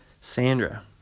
Sandra